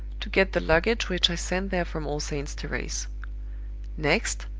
to get the luggage which i sent there from all saints' terrace. next,